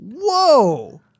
Whoa